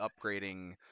upgrading